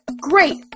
Great